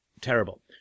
terrible